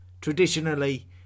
Traditionally